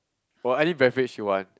for any beverage you want